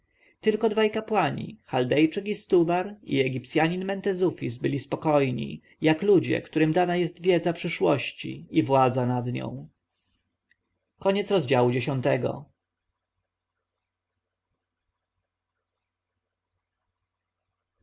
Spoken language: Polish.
tylko dwaj kapłani chaldejczyk istubar i egipcjanin mentezufis byli spokojni jak ludzie którym dana jest wiedza przyszłości i władza nad nią